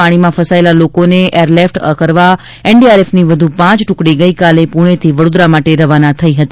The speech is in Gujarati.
પાણીમાં ફસાયેલા લોકોને બચાવવા કરવા એનડીઆરએફની વધુ પાંચ ટુકડીઓ ગઇકાલે પુણેથી વડોદરા માટે રવાના થઈ હતી